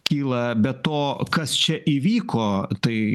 kyla be to kas čia įvyko tai